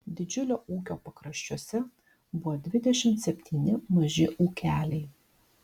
didžiulio ūkio pakraščiuose buvo dvidešimt septyni maži ūkeliai